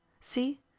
See